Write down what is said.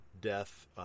death